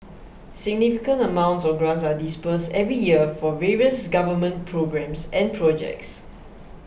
significant amounts of grants are disbursed every year for various government programmes and projects